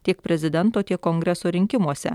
tiek prezidento tiek kongreso rinkimuose